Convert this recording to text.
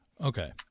okay